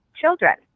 children